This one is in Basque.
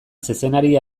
zezenari